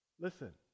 Listen